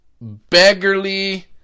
beggarly